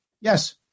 Yes